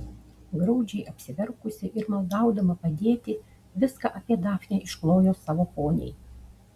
graudžiai apsiverkusi ir maldaudama padėti viską apie dafnę išklojo savo poniai